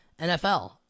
NFL